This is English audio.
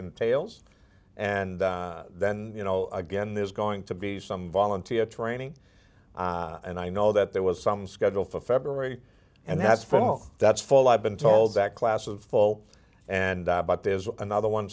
entails and then you know again there's going to be some volunteer training and i know that there was some schedule for february and that's for all that's full i've been told that class of full and but there's another one